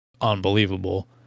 unbelievable